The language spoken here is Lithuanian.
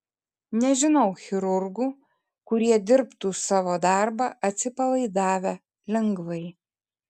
nežinau chirurgų kurie dirbtų savo darbą atsipalaidavę lengvai